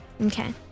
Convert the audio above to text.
Okay